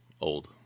old